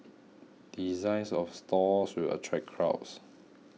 designs of stores will attract crowds